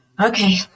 Okay